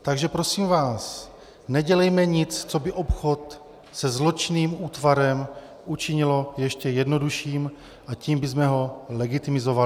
Takže prosím vás nedělejme nic, co by obchod se zločinným útvarem učinilo ještě jednodušším, a tím bychom ho legitimizovali.